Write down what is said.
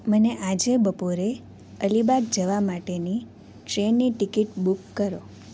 મને આજે બપોરે અલીબાગ જવા માટેની ટ્રેનની ટિકિટ બુક કરો